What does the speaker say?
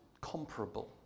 comparable